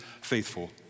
faithful